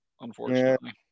unfortunately